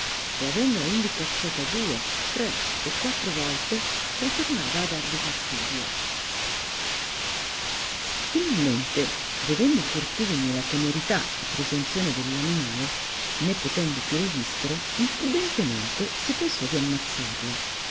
e avendola indi cacciata due tre e quattro volte ritornava a darli fastidio finalmente vedendo fortunio la temerità e presonzione dell animale né potendo più resistere imprudentemente si pensò di amazzarla